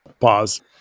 Pause